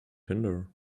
hinder